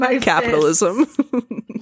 capitalism